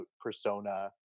persona